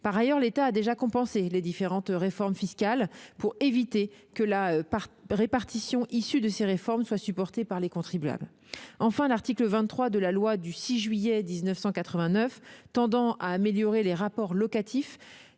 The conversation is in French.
Par ailleurs, l'État a déjà compensé les différentes réformes fiscales pour éviter que la répartition issue de ces réformes ne soit supportée par les contribuables. Enfin, l'article 23 de la loi du 6 juillet 1989 tendant à améliorer les rapports locatifs